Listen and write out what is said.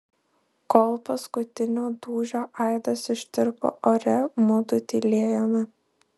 kol paskutinio dūžio aidas ištirpo ore mudu tylėjome